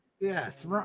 Yes